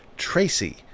Tracy